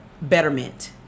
betterment